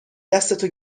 دستتو